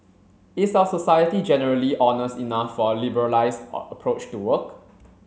is our society generally honest enough for a liberalised approach to work